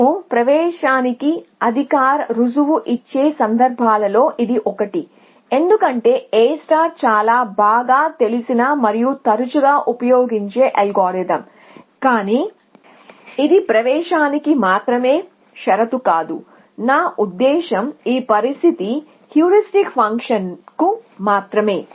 మేము ప్రవేశానికి అధికారిక రుజువు ఇచ్చే సందర్భాల్లో ఇది ఒకటి ఎందుకంటే A చాలా బాగా తెలిసిన మరియు తరచుగా ఉపయోగించే అల్గోరిథం కానీ ఇది ప్రవేశానికి మాత్రమే షరతు కాదు నా ఉద్దేశ్యం ఈ పరిస్థితి హ్యూరిస్టిక్ ఫంక్షన్కు మాత్రమే